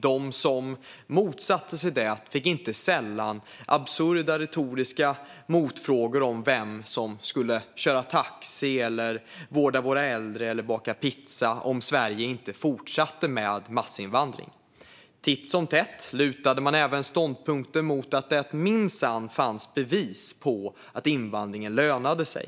De som motsatte sig det fick inte sällan absurda retoriska frågor som vem som skulle köra taxi, vårda våra äldre eller baka pizza om Sverige inte fortsatte med massinvandring. Titt som tätt lutade man även ståndpunkter mot att det minsann även fanns bevis på att invandringen lönade sig.